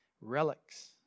relics